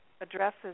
addresses